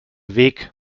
weg